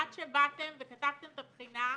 עד שבאתם וכתבתם את הבחינה,